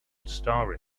story